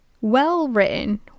well-written